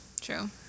True